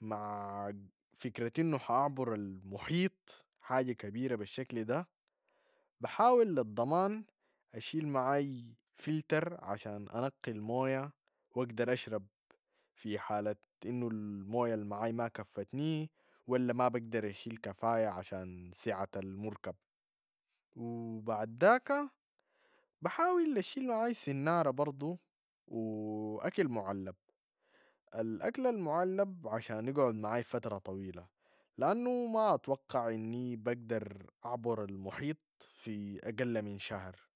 مع- فكرة إنو حاعبر المحيط حاجة كبيرة بالشكل ده، بحاول للضمان أشيل معاي فلتر عشان أنقي موية و أقدر أشرب في حالة إنو الموية المعاي ما كفتني ولا ما بقدر أشيل كفاية عشان سعة المركب و بعد داك بحاول أشيل معاي سنارة برضو وأكل معلب الأكل المعلب عشان يقعد معاي فترة طويلة، لأنو ما أتوقع إني بقدر أعبر المحيط في أقل من شهر